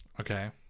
Okay